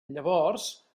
llavors